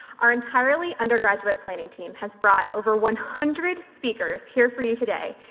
our entirely undergraduate planning team has brought over one hundred speakers here for you today,